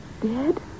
dead